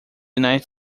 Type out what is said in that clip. united